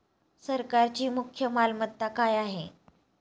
सरकारची मुख्य मालमत्ता काय आहे?